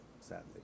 sadly